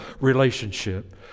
relationship